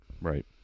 Right